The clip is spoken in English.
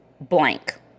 blank